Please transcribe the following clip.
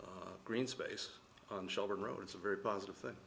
green space on children road it's a very positive thing